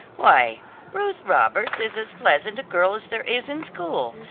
why ruth roberts is as pleasant a girl as there is in school,